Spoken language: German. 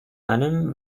allem